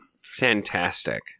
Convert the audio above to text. Fantastic